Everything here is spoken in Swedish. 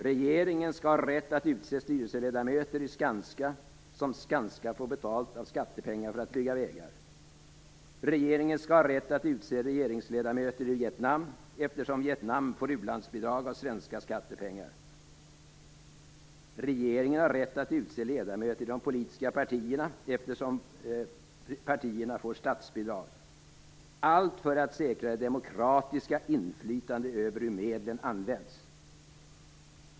Regeringen skall ha rätt att utse styrelseledamöter i Skanska eftersom Skanska får betalt med skattepengar för att bygga vägar. Regeringen skall ha rätt att utse regeringsledamöter i Vietnam eftersom Vietnam får u-landsbistånd med svenska skattepengar. Regeringen har rätt att utse ledamöter i de politiska partierna eftersom partierna får statsbidrag. Allt detta för att säkra det demokratiska inflytandet över hur medlen används.